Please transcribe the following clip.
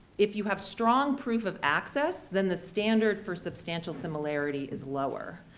if you have strong proof of access, then the standard for substantial similarity is lower.